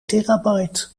terabyte